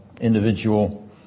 individual